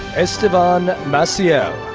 estevan maciel.